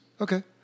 Okay